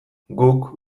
guk